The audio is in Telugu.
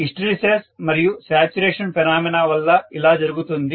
హిస్టెరిసిస్ మరియు శాచ్యురేషన్ విశేషఘటన ఫినామినా phenomena వల్ల ఇలా జరుగుతుంది